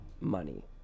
money